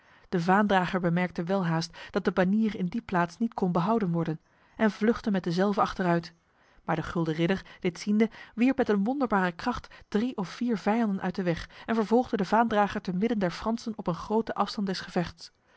de vaandrager bemerkte welhaast dat de banier in die plaats niet kon behouden worden en vluchtte met dezelve achteruit maar de gulden ridder dit ziende wierp met een wonderbare kracht drie of vier vijanden uit de weg en vervolgde de vaandrager te midden der fransen op een grote afstand des gevechts